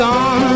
on